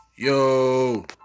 Yo